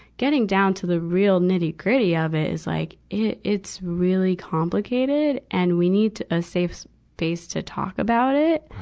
getting down to the real nitty-gritty of it is like it, it's really complicated. and we need a safe space to talk about it.